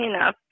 enough